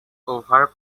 over